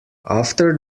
after